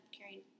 Carrying